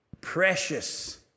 Precious